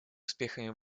успехами